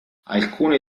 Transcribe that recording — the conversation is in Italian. alcune